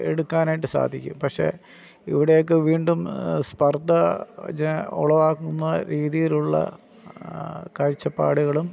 എടുക്കാനായിട്ട് സാധിക്കും പക്ഷെ ഇവിടെയൊക്കെ വീണ്ടും സ്പർദ്ധ ഉളവാക്കുന്ന രീതിയിലുള്ള കാഴ്ച്ചപ്പാടുകളും